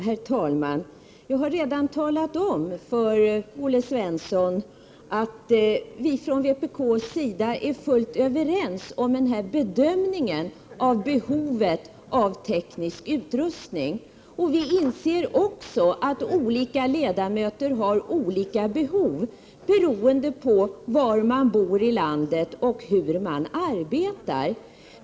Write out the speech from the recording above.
Herr talman! Jag har redan talat om för Olle Svensson att han och jag är fullt överens i bedömningen av behovet av teknisk utrustning. Vi i vpk inser också att olika ledamöter har olika behov, beroende på var man bor i landet och hur man arbetar.